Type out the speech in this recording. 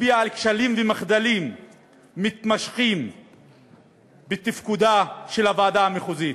הצביעו על כשלים ומחדלים מתמשכים בתפקודה של הוועדה המחוזית.